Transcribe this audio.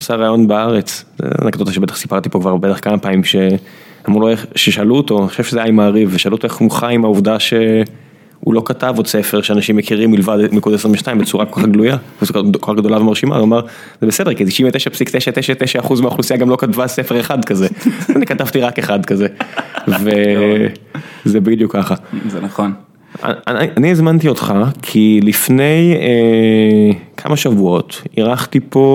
הוא עשה ריאיון בהארץ, זה אנקדוטה שבטח סיפרתי פה כבר כמה פעמים, שאמרו לו, ששאלו אותו, אני חושב שזה עם מעריב, שאלו אותו איך הוא חי עם העובדה שהוא לא כתב עוד ספר שאנשים מכירים מלבד מילכוד 22 בצורה כל כך גלויה, כל כך גדולה ומרשימה, הוא אמר, זה בסדר, כי 99.999% מהאוכלוסייה גם לא כתבה ספר אחד כזה, אני כתבתי רק אחד כזה, וזה בדיוק ככה. זה נכון. אני הזמנתי אותך, כי לפני כמה שבועות אירחתי פה,